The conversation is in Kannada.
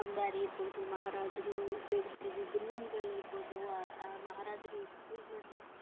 ಅಂಬಾರಿ ಇರ್ಬೋದು ಮಹಾರಾಜರು ಉಪ್ಯೋಗಿಸ್ತಿದ್ದಿದ್ ರೂಮ್ಗಳು ಇರ್ಬೋದು ಆ ಆ ಮಹಾರಾಜರು ಯೂಸ್ ಮಾಡ್ತಿದ್ದ